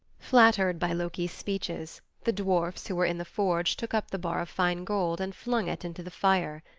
flattered by loki's speeches, the dwarfs who were in the forge took up the bar of fine gold and flung it into the fire.